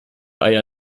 eier